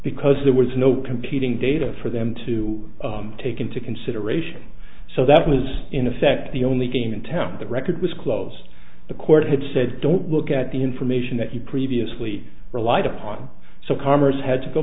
because there was no competing data for them to take into consideration so that was in effect the only game in town the record was closed the court had said don't look at the information that you previously relied upon so congress had to go